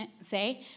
say